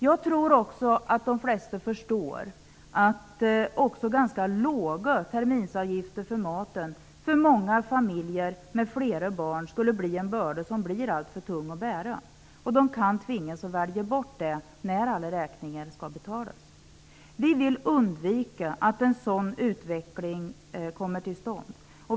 Jag tror också att de flesta förstår att också ganska låga terminsavgifter för maten för många familjer med flera barn skulle bli en alltför tung börda att bära, och de kan tvingas välja bort maten när alla räkningar skall betalas. Vi vill undvika att en sådan utveckling kommer till stånd.